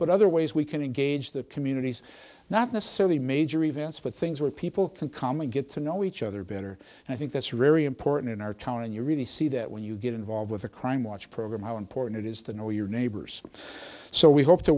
but other ways we can engage the communities not necessarily major events but things where people can come and get to know each other better and i think that's a very important in our town and you really see that when you get involved with the crime watch program how important it is to know your neighbors so we hope to